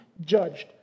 judged